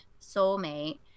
soulmate